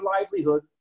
livelihood